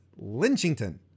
Lynchington